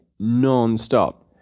nonstop